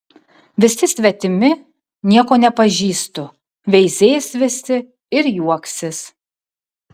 visi svetimi nieko nepažįstu veizės visi ir juoksis